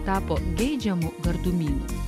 tapo geidžiamu gardumynu